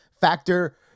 Factor